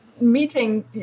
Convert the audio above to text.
meeting